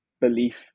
belief